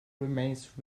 remains